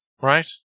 Right